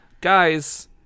guys